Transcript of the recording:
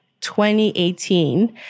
2018